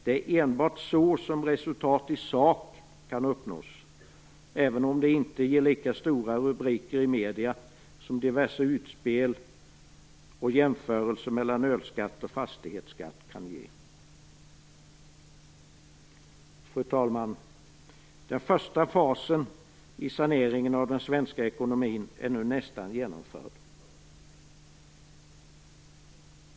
Det är enbart så som resultat i sak kan uppnås, även om det inte ger lika stora rubriker i medierna som diverse utspel och jämförelser mellan ölskatt och fastighetsskatt kan ge. Fru talman! Den första fasen i saneringen av den svenska ekonomin är nu nästan genomförd.